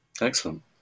Excellent